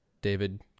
david